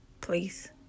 please